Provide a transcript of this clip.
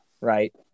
right